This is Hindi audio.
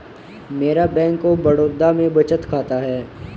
मेरा बैंक ऑफ बड़ौदा में बचत खाता है